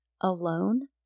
alone